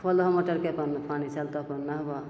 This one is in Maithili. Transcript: खोलि दहो मोटरके अपन पानी चलतऽ अपन नहबऽ